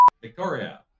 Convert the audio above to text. Victoria